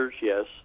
yes